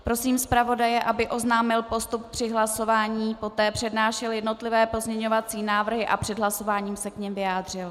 Prosím zpravodaje, aby oznámil postup při hlasování, poté přednášel jednotlivé pozměňovací návrhy a před hlasováním se k nim vyjádřil.